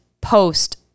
post